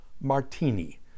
Martini